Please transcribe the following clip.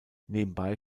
nebenbei